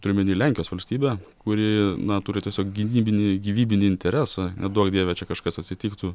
turiu omeny lenkijos valstybę kuri na turi tiesiog gynybinį gyvybinį interesą neduok dieve čia kažkas atsitiktų